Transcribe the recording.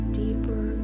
deeper